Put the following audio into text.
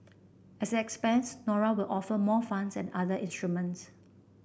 as it expands Nora will offer more funds and other instruments